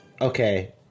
okay